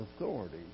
authority